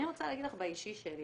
אני רוצה להגיד לך באישי שלי